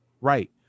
Right